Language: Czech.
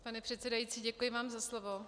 Pane předsedající, děkuji vám za slovo.